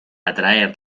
atraer